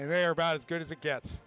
and they're about as good as it gets